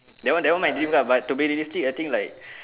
that one that one my dream car but too be realistic I think like